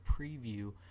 preview